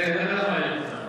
זה בטח מעניין אותך,